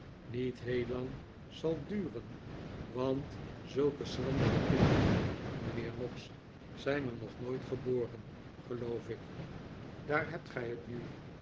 niet heel lang zal duren want zulke schrandere kinder en mijnheer noggs zijn er nog nooit geboren geloof ik daar hebt gij het nu